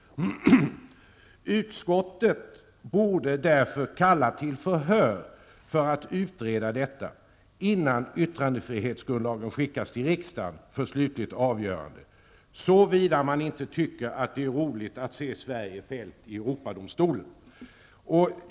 Utskottet borde därför kalla till förhör för att utreda detta, innan yttrandefrihetsgrundlagen skickas till riksdagen för slutgiltigt avgörande, såvida man inte tycker att det är roligt att se Sverige fällt i Europadomstolen.